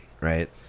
right